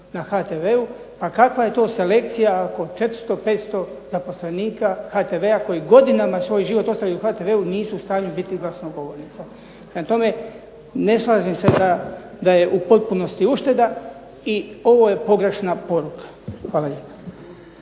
na HTV-u. Pa kakva je to selekcija ako 400, 500 zaposlenika HTV-a koji godinama svoj život ostavljaju u HTV-u nisu u stanju biti glasnogovornica. Prema tome, ne slažem se da je u potpunosti ušteda i ovo je pogrešna poruka. Hvala lijepa.